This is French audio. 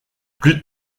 plus